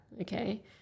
okay